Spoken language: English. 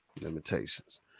limitations